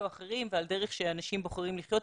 או אחרים ועל דרך שאנשים בוחרים לחיות.